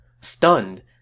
Stunned